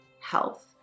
health